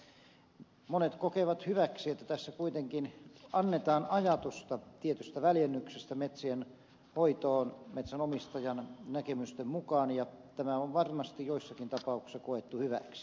mutta monet kokevat hyväksi että tässä kuitenkin annetaan ajatusta tietystä väljennyksestä metsien hoitoon metsänomistajan näkemysten mukaan ja tämä on varmasti joissakin tapauksissa koettu hyväksi